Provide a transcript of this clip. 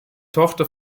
tochter